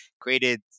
created